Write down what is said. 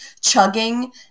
chugging